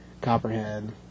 Copperhead